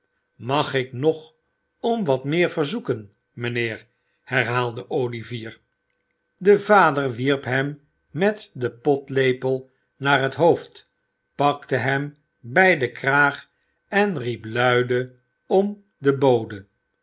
mag ik nog om wat meer verzoeken mijnheer herhaalde olivier de vader wierp hem met den potlepel naar het hoofd pakte hem bij den kraag en riep luide om den bode